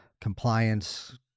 compliance